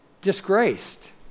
disgraced